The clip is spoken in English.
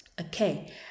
okay